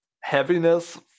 heaviness